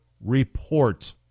report